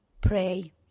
Pray